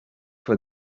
for